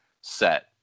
set